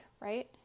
right